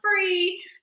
free